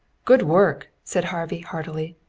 good work! said harvey heartily.